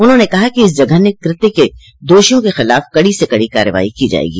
उन्होंने कहा कि इस जघन्य कृत्य के दोषियों के खिलाफ कड़ी से कड़ी कार्रवाई की जायेगी